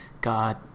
god